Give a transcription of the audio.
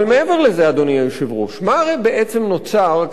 מה הרי בעצם נוצר כאשר אנחנו שולחים